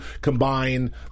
combine